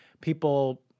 people